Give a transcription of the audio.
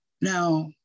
Now